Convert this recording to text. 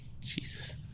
Jesus